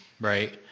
right